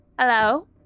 Hello